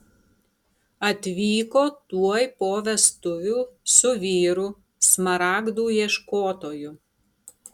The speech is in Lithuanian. atvyko tuoj po vestuvių su vyru smaragdų ieškotoju